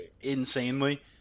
insanely